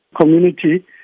community